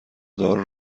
دار